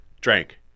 Drank